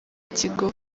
kigo